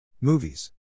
Movies